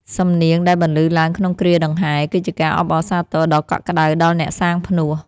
សំនៀងដែលបន្លឺឡើងក្នុងគ្រាដង្ហែ គឺជាការអបអរសាទរដ៏កក់ក្តៅដល់អ្នកសាងផ្នួស។